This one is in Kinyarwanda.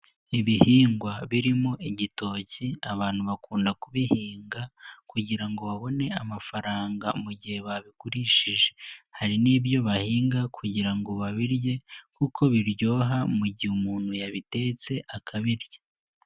Ibihingwa birimo igitoki abantu bakunda kubihinga, kugira ngo babone amafaranga mu gihe babigurishije, hari n'ibyo bahinga kugira ngo babirye kuko biryoha, mu gihe umuntu yabitetse akabirya.